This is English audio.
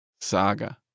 Saga